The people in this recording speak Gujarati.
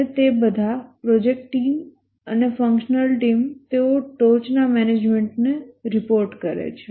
અને તે બધા પ્રોજેક્ટ ટીમ અને ફંક્શનલ ટીમે તેઓ ટોચનાં મેનેજમેન્ટને રિપોર્ટ કરે છે